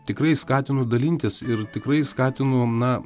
tikrai skatinu dalintis ir tikrai skatinu na